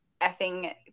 effing